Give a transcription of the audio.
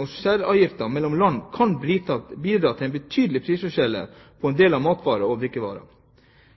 og særavgifter mellom land kan bidra til betydelige prisforskjeller på en del matvarer og drikkevarer.